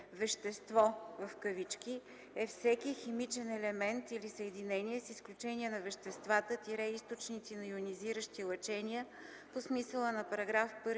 „Вещество" е всеки химичен елемент или съединение с изключение на веществата – източници на йонизиращи лъчения по смисъла на § 1,